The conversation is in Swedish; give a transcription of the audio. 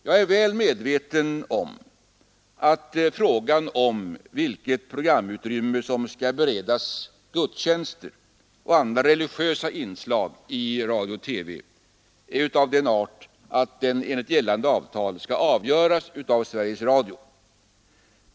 Jag är väl medveten om att frågan om vilket programutrymme som skall beredas gudstjänster och andra religiösa inslag i radio-TV är av sådan art att den enligt gällande avtal skall avgöras av Sveriges Radio.